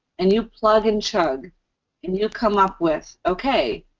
and you plug and chug and you come up with, okay,